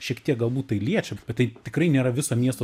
šiek tiek galbūt tai liečia tai tikrai nėra viso miesto